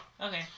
Okay